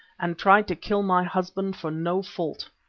and tried to kill my husband for no fault.